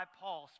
paul